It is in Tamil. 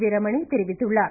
வீரமணி தெரிவித்துள்ளார்